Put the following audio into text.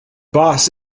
boss